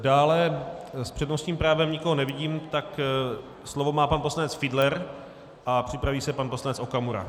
Dále s přednostním právem nikoho nevidím, tak slovo má pan poslanec Fiedler a připraví se pan poslanec Okamura.